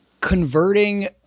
Converting